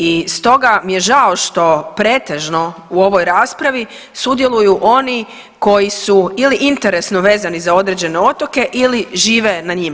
I stoga mi je žao što pretežno u ovoj raspravi sudjeluju oni koji su ili interesno vezani za određene otoka ili žive na njima.